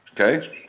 Okay